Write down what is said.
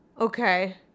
Okay